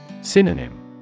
Synonym